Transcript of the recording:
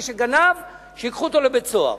מי שגנב, שייקחו אותו לבית-הסוהר.